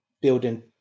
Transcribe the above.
building